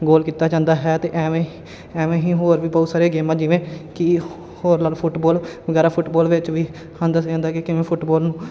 ਗੋਲ ਕੀਤਾ ਜਾਂਦਾ ਹੈ ਅਤੇ ਐਵੇਂ ਐਵੇਂ ਹੀ ਹੋਰ ਵੀ ਬਹੁਤ ਸਾਰੀਆਂ ਗੇਮਾਂ ਜਿਵੇਂ ਕਿ ਹੋਰ ਲਾ ਲਓ ਫੁੱਟਬੋਲ ਵਗੈਰਾ ਫੁੱਟਬੋਲ ਵਿੱਚ ਵੀ ਸਾਨੂੰ ਦੱਸਿਆ ਜਾਂਦਾ ਹੈ ਕਿ ਕਿਵੇਂ ਫੁੱਟਬਾਲ ਨੂੰ